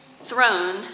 throne